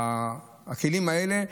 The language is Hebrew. הכלים האלה,